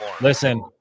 Listen